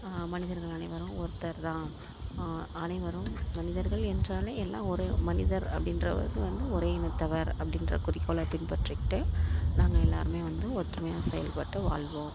மனிதர்கள் அனைவரும் ஒருத்தர் தான் அனைவரும் மனிதர்கள் என்றாலே எல்லாம் ஒரே மனிதர் அப்படின்ற இது வந்து ஒரே இனத்தவர் அப்படின்ற குறிக்கோளை பின்பற்றிக்கிட்டு நாங்கள் எல்லோருமே வந்து ஒற்றுமையாக செயல்பட்டு வாழ்வோம்